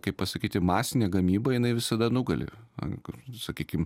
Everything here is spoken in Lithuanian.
kaip pasakyti masinė gamyba jinai visada nugali ant kur sakykim